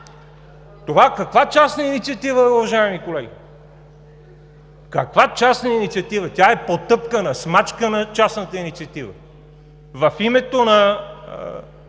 Това каква частна инициатива е, уважаеми колеги? Каква частна инициатива?! Тя е потъпкана. Смачкана е частната инициатива в името на